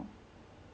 but it helps a lot